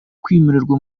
kwimurirwa